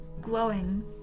Glowing